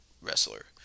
wrestler